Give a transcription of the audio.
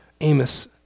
Amos